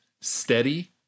steady